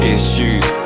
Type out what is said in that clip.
Issues